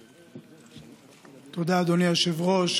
תודה, אדוני היושב-ראש.